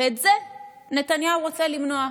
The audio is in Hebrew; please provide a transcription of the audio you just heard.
ואת זה נתניהו רוצה למנוע.